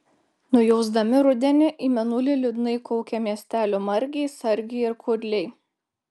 nujausdami rudenį į mėnulį liūdnai kaukė miestelio margiai sargiai ir kudliai